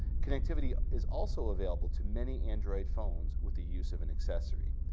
connectivity is also available to many android phones with the use of an accessory.